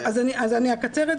אז אני אקצר.